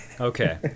Okay